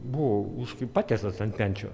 buvau už patiestas ant menčių